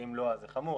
ואם לא אז זה חמור,